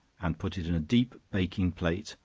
and put it in a deep baking plate,